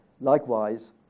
Likewise